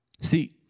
See